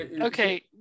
Okay